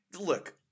Look